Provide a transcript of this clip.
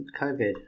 COVID